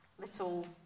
little